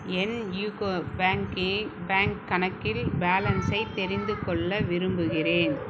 என் யூகோ பேங்கை பேங்க் கணக்கில் பேலன்ஸை தெரிந்து கொள்ள விரும்புகிறேன்